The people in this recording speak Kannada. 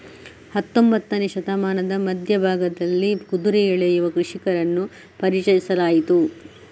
ಹತ್ತೊಂಬತ್ತನೇ ಶತಮಾನದ ಮಧ್ಯ ಭಾಗದಲ್ಲಿ ಕುದುರೆ ಎಳೆಯುವ ಕೃಷಿಕರನ್ನು ಪರಿಚಯಿಸಲಾಯಿತು